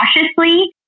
cautiously